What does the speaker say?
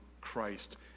christ